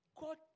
God